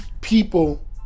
people